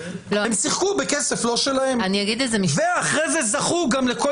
הם שיחקו בכסף לא שלהם ואחרי זה זכו גם לכל